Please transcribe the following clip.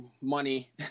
money